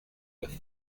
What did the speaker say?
with